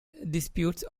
disputes